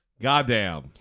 Goddamn